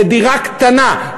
לדירה קטנה,